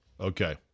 Okay